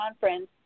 conference